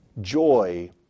joy